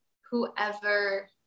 whoever